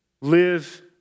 live